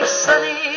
sunny